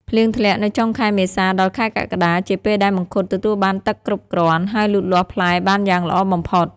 ភ្លៀងធ្លាក់នៅចុងខែមេសាដល់ខែកក្កដាជាពេលដែលមង្ឃុតទទួលបានទឹកគ្រប់គ្រាន់ ហើយលូតលាស់ផ្លែបានយ៉ាងល្អបំផុត។